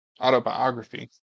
autobiography